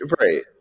right